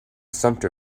sumpter